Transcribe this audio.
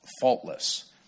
faultless